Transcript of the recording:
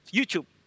YouTube